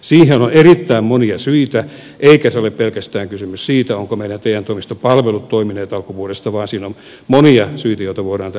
siihen on erittäin monia syitä eikä ole pelkästään kysymys siitä ovatko meidän te toimistopalvelut toimineet alkuvuodesta vaan siinä on monia syitä joita voidaan täällä eritellä